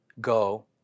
go